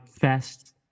fest